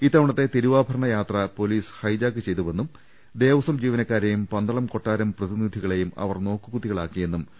ഇത്തവണത്തെ തിരു വാഭരണ യാത്ര പൊലീസ് ഹൈജാക്ക് ചെയ്തുവെന്നും ദേവസ്വം ജീവനക്കാരേയും പന്തളം കൊട്ടാരം പ്രതിനിധികളേയും അവർ നോക്കുകുത്തികളാക്കിയെന്നും കൊടിക്കുന്നിൽ ആരോപിച്ചു